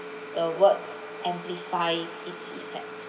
the words amplify its effect